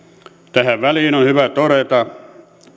tähän väliin on hyvä todeta